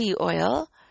oil